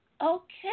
okay